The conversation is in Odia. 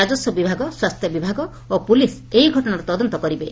ରାଜସ୍ୱ ବିଭାଗ ସ୍ୱାସ୍ଥ୍ୟବିଭାଗ ଓ ପୁଲିସ ଏହି ଘଟଶାର ତଦନ୍ତ କରିବେ